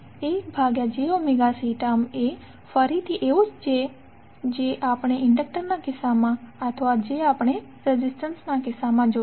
1jωC term એ ફરીથી એવું જ છે જે આપણે ઇન્ડડક્ટરના કિસ્સામાં અથવા જે રેઝિસ્ટન્સના કિસ્સામાં જોયું